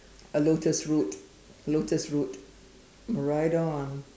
a lotus root a lotus root right on